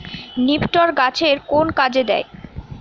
নিপটর গাছের কোন কাজে দেয়?